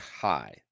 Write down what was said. high